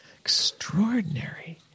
extraordinary